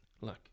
look